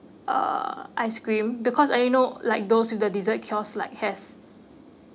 uh ice cream because I know like those with the dessert kiosk like has